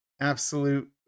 absolute